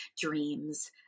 dreams